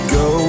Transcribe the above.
go